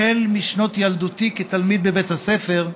החל משנות ילדותי כתלמיד בבית הספר,